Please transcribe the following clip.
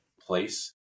place